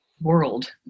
world